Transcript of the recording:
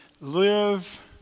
live